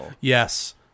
Yes